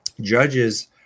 judges